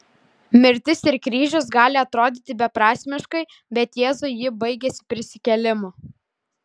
mirtis ir kryžius gali atrodyti beprasmiškai bet jėzui ji baigėsi prisikėlimu